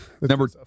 Number